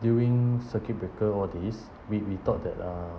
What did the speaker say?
during circuit breaker all these we we thought that uh